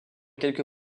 quelque